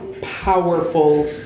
powerful